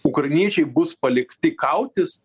ukrainiečiai bus palikti kautis